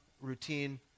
routine